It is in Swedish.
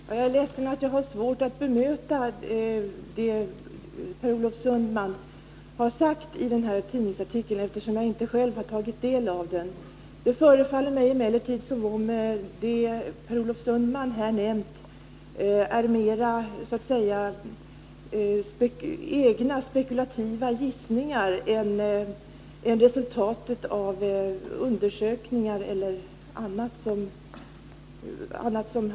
Herr talman! Jag är ledsen att jag har svårt att bemöta det som Per Olof Sundman har sagt i den här tidningsartikeln, eftersom jag inte själv har tagit del av den. Det förefaller mig emellertid som om det Per Olof Sundman här har nämnt mera är egna spekulativa gissningar än resultatet av undersökningar eller annat som kan åberopas.